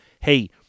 Hey